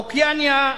אוקיאניה,